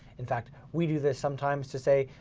in fact we do this sometimes to say,